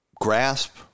grasp